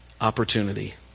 opportunity